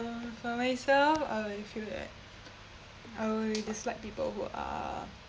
for myself I feel that I will dislike people who are